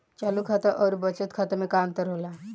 चालू खाता अउर बचत खाता मे का अंतर होला?